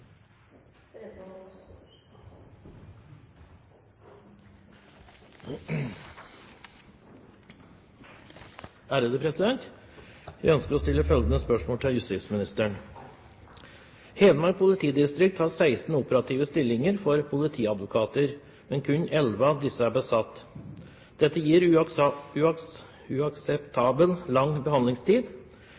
justisministeren: «Hedmark politidistrikt har 16 operative stillinger for politiadvokater, men kun elleve av disse er besatt. Dette gir en uakseptabelt lang behandlingstid.